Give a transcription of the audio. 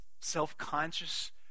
self-conscious